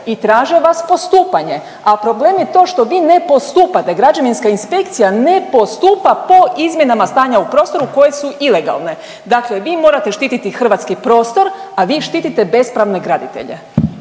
i traže vas postupanje. A problem je to što vi ne postupate, građevinska inspekcija ne postupa po izmjenama stanja u prostoru koje su ilegalne. Dakle, vi morate štititi hrvatski prostor, a vi štitite bespravne graditelje.